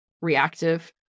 reactive